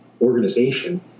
organization